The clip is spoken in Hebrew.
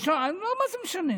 נו, מה זה משנה.